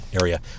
area